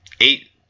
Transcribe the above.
eight